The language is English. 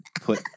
put